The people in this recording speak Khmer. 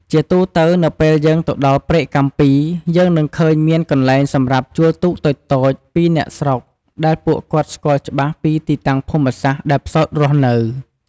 ជាទូទៅនៅពេលយើងទៅដល់ព្រែកកាំពី យើងនឹងឃើញមានកន្លែងសម្រាប់ជួលទូកតូចៗពីអ្នកស្រុកដែលពួកគាត់ស្គាល់ច្បាស់ពីទីតាំងភូមិសាស្រ្តដែលផ្សោតរស់នៅ ។